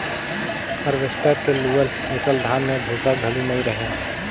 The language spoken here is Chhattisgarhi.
हारवेस्टर के लुअल मिसल धान में भूसा घलो नई रहें